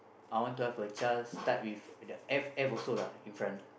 I want to have a child start with F F also lah in front